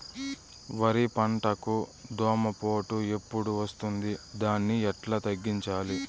వరి పంటకు దోమపోటు ఎప్పుడు వస్తుంది దాన్ని ఎట్లా తగ్గించాలి?